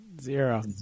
Zero